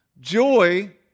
joy